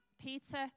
Peter